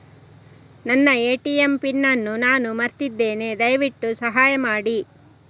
ನನ್ನ ATM PIN ಅನ್ನು ನಾನು ಮರ್ತಿದ್ಧೇನೆ, ದಯವಿಟ್ಟು ಸಹಾಯ ಮಾಡಿ